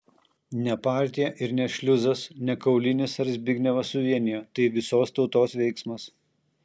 ne partija ir ne šliuzas ne kaulinis ar zbignevas suvienijo tai visos tautos veiksmas